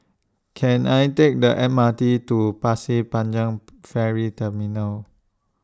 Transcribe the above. Can I Take The M R T to Pasir Panjang Ferry Terminal